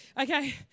Okay